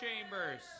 Chambers